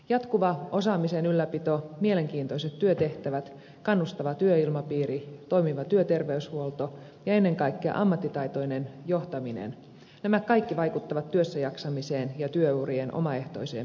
jatkuva osaamisen ylläpito mielenkiintoiset työtehtävät kannustava työilmapiiri toimiva työterveyshuolto ja ennen kaikkea ammattitaitoinen johtaminen nämä kaikki vaikuttavat työssäjaksamiseen ja työurien omaehtoiseen pidentymiseen